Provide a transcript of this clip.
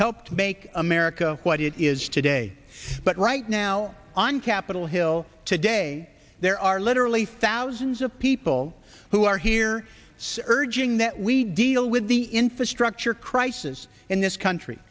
helped make america what it is today but right now on capitol hill today there are literally thousands of people who are here so urging that we deal with the infrastructure crisis in this country